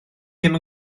ddim